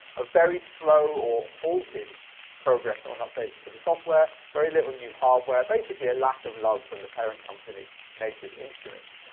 a very slow or haltered progress on updates to the software, very little new hardware, basically a lack of love from the parent company, native instruments.